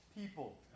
people